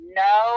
no